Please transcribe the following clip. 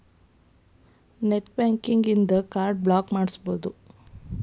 net banking ಇನ್ದಾ card block ಮಾಡ್ಸ್ಬೊದು